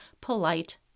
polite